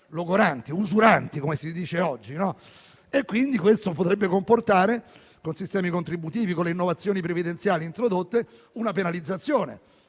logoranti e usuranti, come si dice oggi, questo potrebbe comportare, con i sistemi contributivi e le innovazioni previdenziali introdotte, una penalizzazione